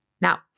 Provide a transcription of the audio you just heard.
Now